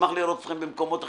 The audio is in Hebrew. אשמח לראות אתכם במקומות אחרים.